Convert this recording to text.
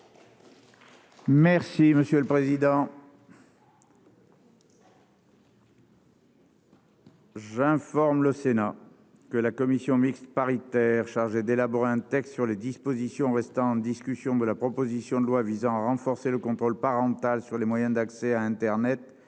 du présent texte. J'informe le Sénat que la commission mixte paritaire chargée d'élaborer un texte sur les dispositions restant en discussion de la proposition de loi visant à renforcer le contrôle parental sur les moyens d'accès à internet